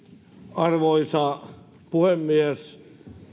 arvoisa puhemies